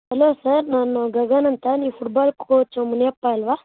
hello sir ನಾನು ಗಗನ್ ಅಂತ ನೀವು ಫುಟ್ಬಾಲ್ ಕೋಚು ಮುನಿಯಪ್ಪ ಅಲ್ವಾ